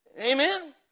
Amen